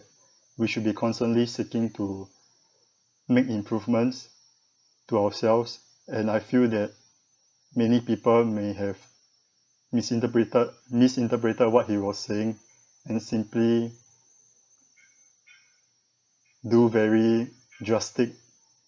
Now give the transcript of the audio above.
we should be constantly seeking to make improvements to ourselves and I feel that many people may have misinterpreted misinterpreted what he was saying and simply do very drastic